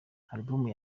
album